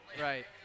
Right